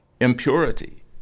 impurity